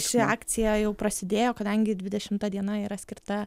ši akcija jau prasidėjo kadangi dvidešimta diena yra skirta